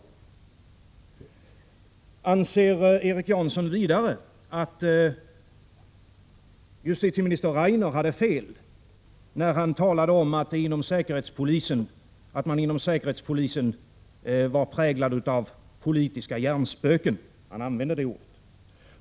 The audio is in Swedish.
För det andra: Anser Erik Janson att justitieminister Rainer hade fel när han talade om att man inom säkerhetspolisen var präglad av politiska hjärnspöken — han använde detta ord?